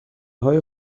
های